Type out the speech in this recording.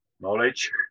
knowledge